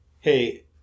hey